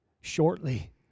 shortly